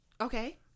Okay